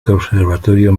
conservatorio